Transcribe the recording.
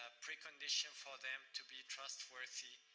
ah precondition for them to be trustworthy,